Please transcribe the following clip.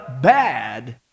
bad